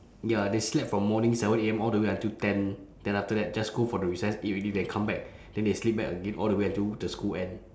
ya they slept from morning seven A_M all the way until ten then after that just go for the recess eat already then come back then they sleep back again all the way until the school end